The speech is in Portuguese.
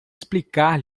explicar